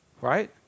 Right